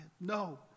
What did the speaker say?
no